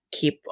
keep